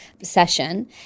session